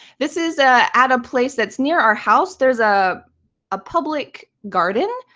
this is at a place that's near our house. there's ah a public garden.